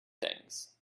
things